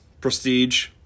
prestige